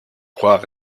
croire